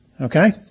okay